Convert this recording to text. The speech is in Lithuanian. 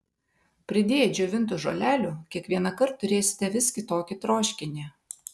pridėję džiovintų žolelių kiekvienąkart turėsite vis kitokį troškinį